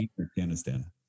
Afghanistan